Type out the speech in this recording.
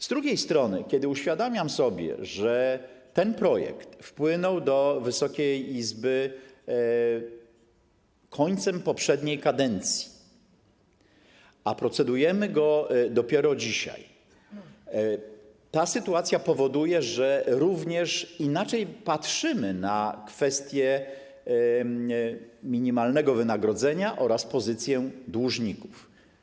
Z drugiej strony, kiedy uświadamiam sobie, że ten projekt wpłynął do Wysokiej Izby końcem poprzedniej kadencji, a procedujemy nad nim dopiero dzisiaj, to ta sytuacja powoduje, że również inaczej patrzymy na kwestię minimalnego wynagrodzenia oraz pozycję dłużników.